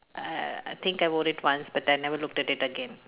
uh I think I wore it once but I never looked at it again